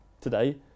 today